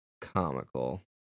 comical